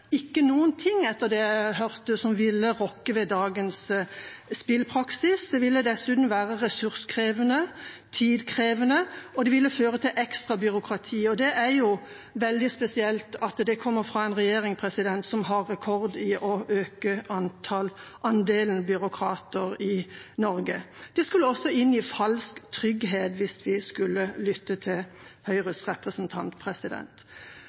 ikke noen ting, etter det jeg hørte, som ville rokke ved dagens spillpraksis. Det ville dessuten være ressurskrevende og tidkrevende, og det ville føre til ekstra byråkrati – og det er jo veldig spesielt at det kommer fra en regjering som har rekord i å øke andelen byråkrater i Norge. Det ville også inngi falsk trygghet hvis vi skulle lytte til